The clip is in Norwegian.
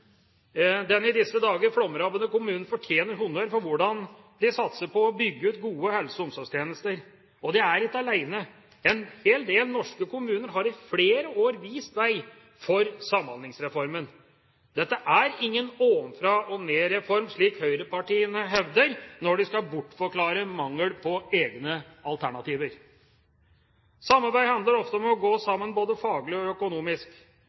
Den i disse dager flomrammede kommunen fortjener honnør for hvordan de satser på å bygge ut gode helse- og omsorgstjenester. Og de er ikke alene. En hel del norske kommuner har i flere år vist vei for Samhandlingsreformen. Dette er ingen ovenfra-og-ned-reform, slik høyrepartiene hevder når de skal bortforklare mangel på egne alternativer. Samarbeid handler ofte om å gå sammen både faglig og økonomisk.